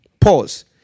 Pause